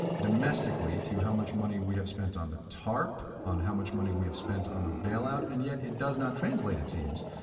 domestically, to how much money we have spent on the tarp, on how much money we've spent on the bail out. and yet it does not translate, it seems,